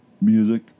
music